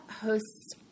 hosts